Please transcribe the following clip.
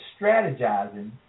strategizing